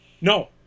No